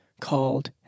called